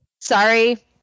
sorry